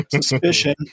suspicion